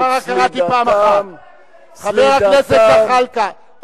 חבר הכנסת זחאלקה,